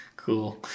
cool